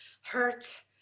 hurt